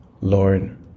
Lord